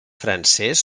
francès